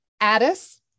Addis